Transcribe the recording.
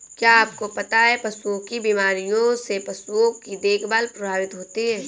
क्या आपको पता है पशुओं की बीमारियों से पशुओं की देखभाल प्रभावित होती है?